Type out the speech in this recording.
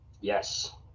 Yes